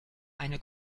eine